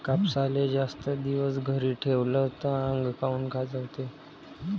कापसाले जास्त दिवस घरी ठेवला त आंग काऊन खाजवते?